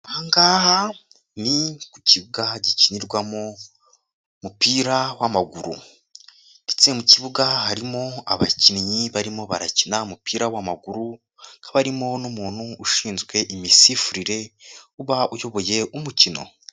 Aha ngaha ni ku kibuga gikinirwa umupira w'amaguru. Ndetse mu kibuga harimo abakinnyi barimo barakina umupira w'amaguru, hakaba harimo n'umuntu ushinzwe imisifurire, uba uyoboye umukino.